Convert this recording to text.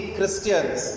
Christians